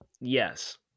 Yes